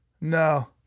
No